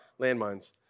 landmines